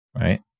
right